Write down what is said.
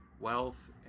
Wealth